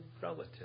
relative